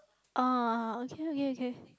uh okay okay okay